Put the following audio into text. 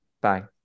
Bye